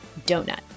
donut